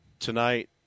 Tonight